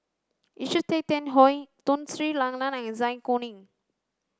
Richard Tay Tian Hoe Tun Sri Lanang and Zai Kuning